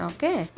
Okay